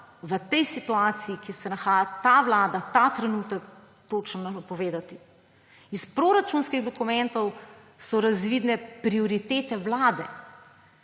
v tej situaciji, ki se nahaja ta vlada, ta trenutek točno napovedati. Iz proračunskih dokumentov so razvidne prioritete Vlade,